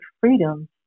freedom